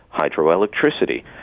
hydroelectricity